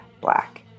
black